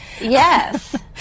Yes